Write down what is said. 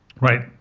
Right